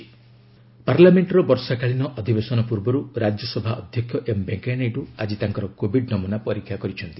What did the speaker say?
Naidu session parliament ବର୍ଷାକାଳୀନ ଅଧିବେଶନ ପୂର୍ବରୁ ରାଜ୍ୟସଭା ଅଧ୍ୟକ୍ଷ ଏମ୍ ଭେଙ୍କିୟା ନାଇଡୁ ଆଜି ତାଙ୍କର କୋବିଡ୍ ନମୁନା ପରୀକ୍ଷା କରିଛନ୍ତି